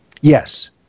Yes